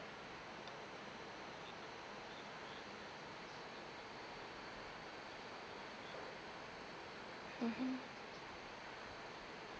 mmhmm